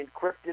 encrypted